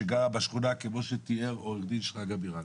שגרה בשכונה כמו שתיאר עו"ד שרגא בירן.